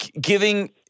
Giving